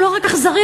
הוא לא רק אכזרי,